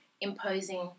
imposing